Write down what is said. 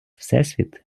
всесвіт